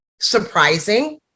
surprising